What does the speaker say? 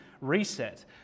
reset